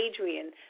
Adrian